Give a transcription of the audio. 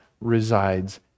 resides